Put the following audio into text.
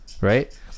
Right